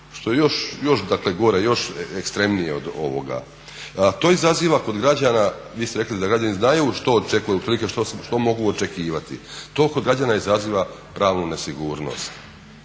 što je još, dakle gore, još ekstremnije od ovoga. A to izaziva kod građana, vi ste rekli da građani znaju što očekuju, otprilike što mogu očekivati. To kod građana izaziva pravnu nesigurnost.